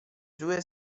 sue